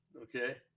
okay